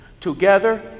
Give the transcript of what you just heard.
Together